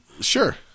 Sure